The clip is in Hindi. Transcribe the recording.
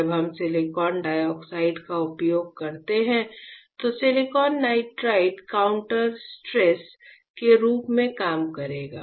जब हम सिलिकॉन डाइऑक्साइड का उपयोग करते हैं तो सिलिकॉन नाइट्राइड काउंटर स्ट्रेस के रूप में काम करेगा